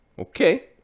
Okay